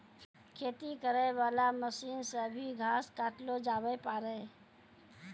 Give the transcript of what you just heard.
खेती करै वाला मशीन से भी घास काटलो जावै पाड़ै